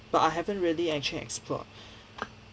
but I haven't really actually explored